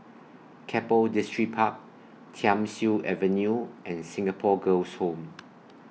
Keppel Distripark Thiam Siew Avenue and Singapore Girls' Home